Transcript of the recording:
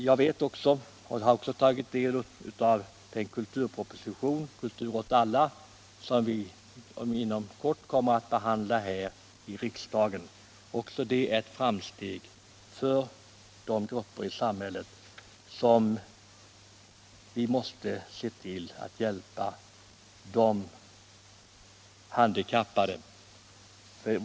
Jag har också tagit del av den kulturproposition, grundad på betänkandet Kultur åt alla, som vi inom kort kommer att behandla här i riksdagen. Också den innebär ett framsteg för de grupper i samhället som vi måste se till att hjälpa — de handikappade.